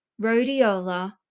Rhodiola